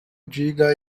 diga